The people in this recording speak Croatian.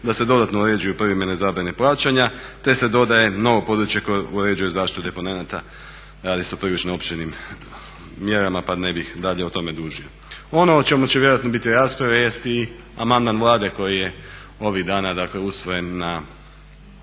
da se dodatno uređuju privremen zabrane plaćanja te se dodaje novo područje koje uređuje zaštitu deponenata. Radi se o prilično opširnim mjerama pa ne bih dalje o tome dužio. Ono o čemu će vjerojatno biti rasprave jest i amandman Vlade koji je ovih dana usvojen na